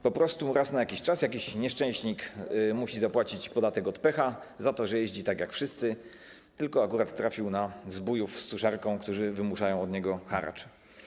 Po prostu raz na jakiś czas jakiś nieszczęśnik musi zapłacić podatek od pecha za to, że jeździ tak jak wszyscy, tylko akurat trafił na zbójów z suszarką, którzy wymuszają od niego haracz.